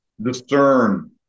Discern